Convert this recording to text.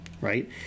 right